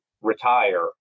retire